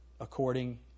according